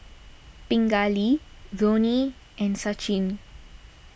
Pingali Dhoni and Sachin